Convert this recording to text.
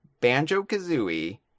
Banjo-Kazooie